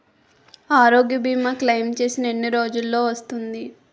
ఆరోగ్య భీమా క్లైమ్ చేసిన ఎన్ని రోజ్జులో వస్తుంది?